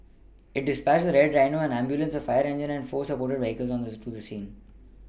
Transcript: it dispatched a red Rhino an ambulance a fire engine and four support vehicles to the scene